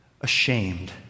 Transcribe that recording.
Ashamed